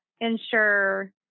ensure